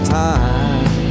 time